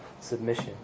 submission